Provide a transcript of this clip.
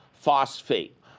phosphate